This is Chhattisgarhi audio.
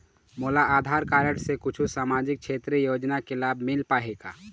मोला आधार कारड से कुछू सामाजिक क्षेत्रीय योजना के लाभ मिल पाही का?